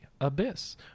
Abyss